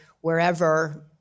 wherever